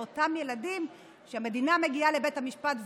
אלה אותם ילדים שהמדינה מגיעה לבית המשפט ואומרת: